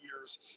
years